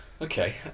Okay